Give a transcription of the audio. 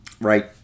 right